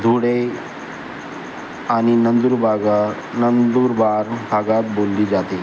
धुळेआणि नंदुरबागा नंदुरबार भागात बोलली जाते